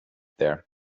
there